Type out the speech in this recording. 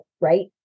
right